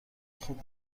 خوب